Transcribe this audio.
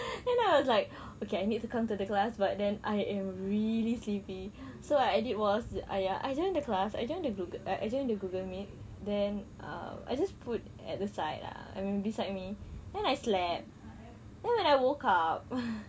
then I was like okay I need to come to the class but then I am really sleepy so I did was !aiya! I join the class I join the google I join the google meet then uh I just put at the side lah I mean beside me then I slept then when I woke up